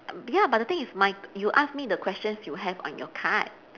ya but the thing is my you ask me the questions you have on your card